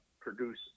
produce